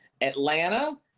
Atlanta